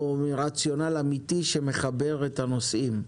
או מרציונל אמיתי שמחבר את הנושאים?